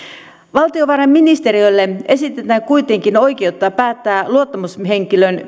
valtiovarainministeriölle esitetään kuitenkin oikeutta päättää luottamushenkilön